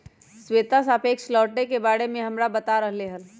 श्वेता सापेक्ष लौटे के बारे में हमरा बता रहले हल